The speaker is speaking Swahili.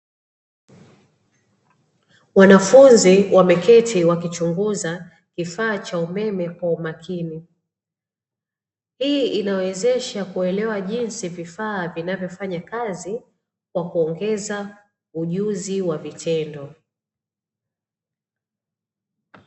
Wanafunzi wameketi wakichunguza kifaa cha umeme kwa umakini, hii inawezesha kuelewa jinsi vifaa vinavyofanya kazi kwa kuongeza ujuzi wa vitendo.